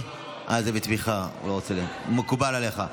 מקובל עליך.